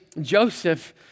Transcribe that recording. Joseph